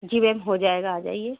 جی میم ہوجائے گا آجائیے